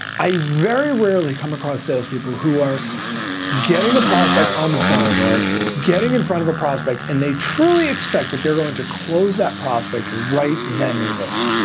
i very rarely come across sales people who are getting a prospect on the phone or getting in front of a prospect and they truly expect that they're going to close that prospect right then and there.